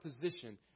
position